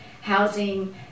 housing